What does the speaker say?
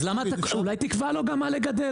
אז למה אתה, אולי תקבע לו גם מה לגדל.